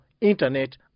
internet